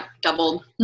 doubled